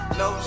no